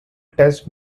test